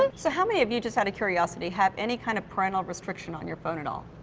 um so how many of you, just out of curiosity, have any kind of parental restriction on your phone at all?